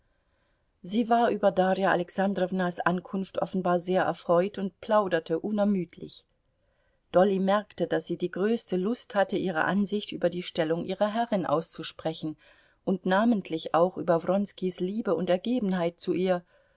sie war über darja alexandrownas ankunft offenbar sehr erfreut und plauderte unermüdlich dolly merkte daß sie die größte lust hatte ihre ansicht über die stellung ihrer herrin auszusprechen und namentlich auch über wronskis liebe und ergebenheit zu ihr